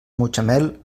mutxamel